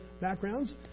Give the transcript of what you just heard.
backgrounds